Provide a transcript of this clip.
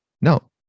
no